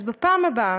אז בפעם הבאה